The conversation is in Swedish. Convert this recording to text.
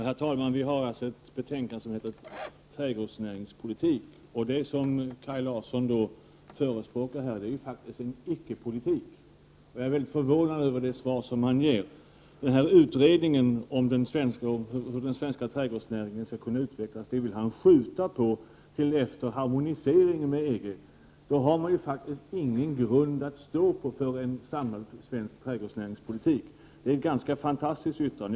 Herr talman! Vi har alltså ett betänkande om trädgårdsnäringspolitik. Vad Kaj Larsson förespråkar är ju faktiskt en icke-politik. Jag är mycket förvånad över det svar som han ger. Utredningen om hur den svenska trädgårdsnäringen skall kunna utvecklas vill han skjuta på till efter harmoniseringen med EG. Då har man ingen grund att stå på för en samlad svensk trädgårdsnäringspolitik. Det är ett ganska fantastiskt yttrande av Kaj Larsson.